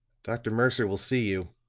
dr. mercer will see you,